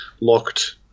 locked